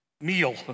meal